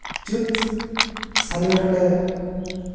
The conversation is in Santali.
ᱪᱟᱹᱛ ᱥᱟᱞᱮ ᱨᱮᱞᱮ